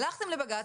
הלכתם לבג"ץ,